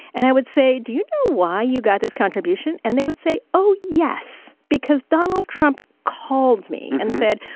and i would say, do you know why you got this contribution? and they would say, oh, yes, because donald trump called me and said,